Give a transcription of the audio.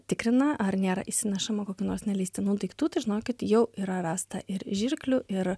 tikrina ar nėra įsinešama kokių nors neleistinų daiktų tai žinokit jau yra rasta ir žirklių ir